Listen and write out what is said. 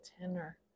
tenor